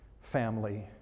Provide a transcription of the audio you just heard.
family